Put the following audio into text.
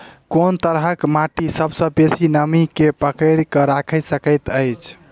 कोन तरहक माटि सबसँ बेसी नमी केँ पकड़ि केँ राखि सकैत अछि?